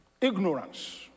ignorance